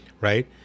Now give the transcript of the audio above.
Right